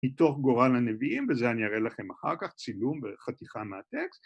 מתוך גורל הנביאים, וזה אני אראה לכם אחר כך צילום וחתיכה מהטקסט